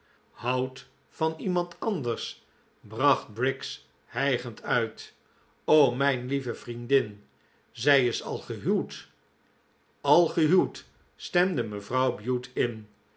houdt van iemand anders bracht briggs hijgend uit o mijn lieve vriendin zij is al gehuwd al gehuwd stemde mevrouw bute in